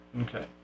Okay